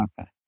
Okay